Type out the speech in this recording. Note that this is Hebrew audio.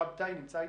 שבתאי נמצא אתנו?